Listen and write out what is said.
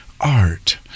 art